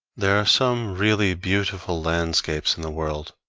there are some really beautifully landscapes in the world,